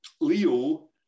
Leo